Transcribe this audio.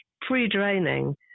pre-draining